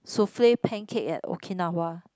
souffle pancake at Okinawa